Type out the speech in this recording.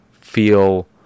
feel